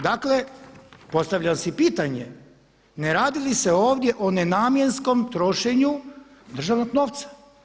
Dakle postavljam si pitanje ne radili li se ovdje o nenamjenskom trošenju državnog novca?